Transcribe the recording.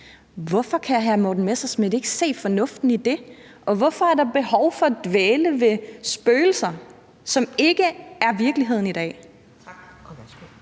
Hvorfor kan hr. Morten Messerschmidt ikke se fornuften i det, og hvorfor er der behov for at dvæle ved spøgelser, som ikke er virkeligheden i dag? Kl.